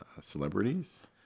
celebrities